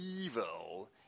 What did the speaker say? evil